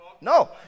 No